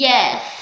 Yes